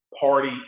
Party